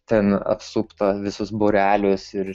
ten apsupta visus būrelius ir